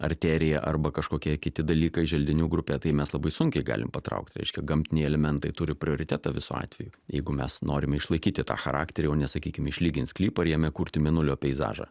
arterija arba kažkokie kiti dalykai želdinių grupė tai mes labai sunkiai galim patraukt reiškia gamtiniai elementai turi prioritetą visų atveju jeigu mes norim išlaikyti tą charakterį o ne sakykim išlygint sklypą ir jame kurti mėnulio peizažą